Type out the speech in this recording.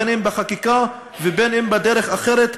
בין אם בחקיקה ובין אם בדרך אחרת,